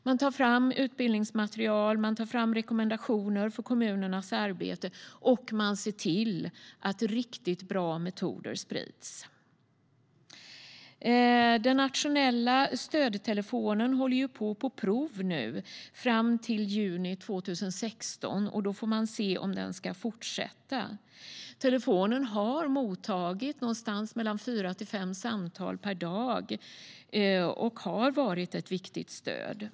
Man tar fram utbildningsmaterial och rekommendationer för kommunernas arbete, och man ser till att riktigt bra metoder sprids. Den nationella stödtelefonen håller på prov på fram till juni 2016. Då får man se om den ska fortsätta. Telefonen har mottagit någonstans mellan fyra och fem samtal per dag, och den har varit ett viktigt stöd.